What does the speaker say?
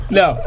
no